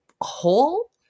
hole